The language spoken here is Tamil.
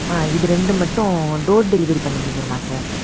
இது ரெண்டு மட்டும் டோர் டெலிவெரி பண்ண முடிஞ்சுடுமா சார்